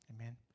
Amen